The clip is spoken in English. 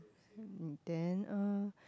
and then uh